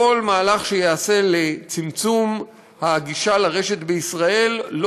כל מהלך שייעשה לצמצום הגישה לרשת בישראל לא